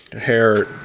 hair